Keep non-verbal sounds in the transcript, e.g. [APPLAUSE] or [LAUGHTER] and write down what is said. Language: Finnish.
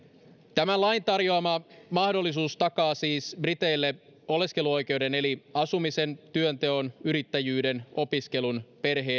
tämän lain tarjoama mahdollisuus takaa siis briteille oleskeluoikeuden eli asumisen työnteon yrittäjyyden opiskelun perhe [UNINTELLIGIBLE]